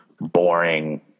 Boring